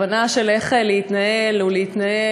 הבנה של איך להתנהל או להתנהג,